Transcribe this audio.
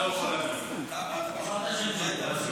אדוני היושב-ראש, אני